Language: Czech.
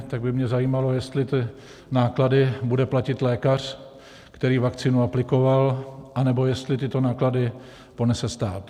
Tak by mě zajímalo, jestli ty náklady bude platit lékař, který vakcínu aplikoval, anebo jestli tyto náklady ponese stát.